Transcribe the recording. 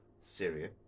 Syria